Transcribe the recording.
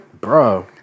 bro